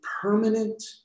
permanent